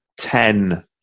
ten